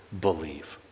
believe